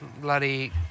Bloody